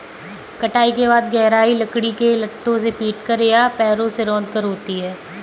कटाई के बाद गहराई लकड़ी के लट्ठों से पीटकर या पैरों से रौंदकर होती है